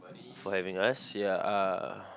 for having us ya uh